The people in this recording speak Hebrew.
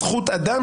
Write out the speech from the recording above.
אני מוכן לשבת איתו,